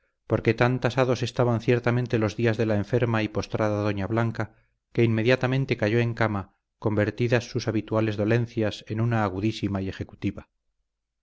porque tan tasados estaban ciertamente los días de la enferma y postrada doña blanca que inmediatamente cayó en cama convertidas sus habituales dolencias en una agudísima y ejecutiva